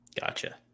Gotcha